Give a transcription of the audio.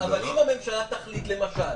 אם הממשלה תחליט למשל